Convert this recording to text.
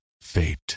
fate